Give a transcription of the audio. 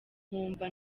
nkumva